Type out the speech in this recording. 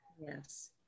Yes